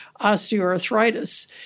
osteoarthritis